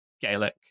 Gaelic